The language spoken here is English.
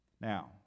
Now